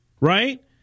right